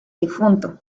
difunto